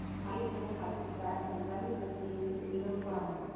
my school has it set from seven fifty to eight five.